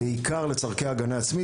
בעיקר לצורכי הגנה עצמית,